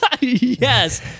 Yes